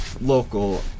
local